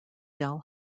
dell